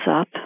up